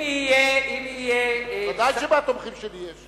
ודאי שמהתומכים שלי יש.